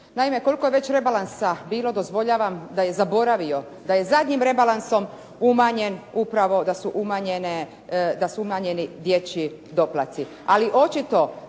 Naime, koliko je već rebalansa bilo dozvoljavam da je zaboravio da je zadnjim rebalansom umanjen upravo, da su umanjeni dječji doplatci.